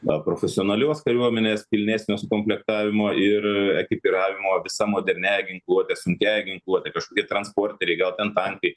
na profesionalios kariuomenės pilnesnio sukomplektavimo ir ekipiravimo visa moderniąja ginkluote sunkiąja ginkluote kažkokie transporteriai gal ten tankai